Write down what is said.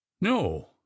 no